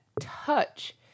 touch